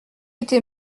été